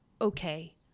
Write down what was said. okay